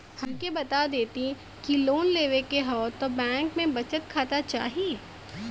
हमके बता देती की लोन लेवे के हव त बैंक में बचत खाता चाही?